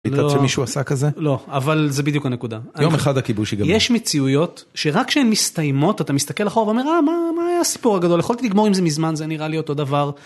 מישהו עשה כזה לא אבל זה בדיוק הנקודה יום אחד הכיבוש יגמר, יש מציאויות שרק שהן מסתיימות אתה מסתכל אחורה מה היה הסיפור הגדול יכול לגמור עם זה מזמן זה נראה לי אותו דבר.